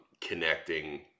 connecting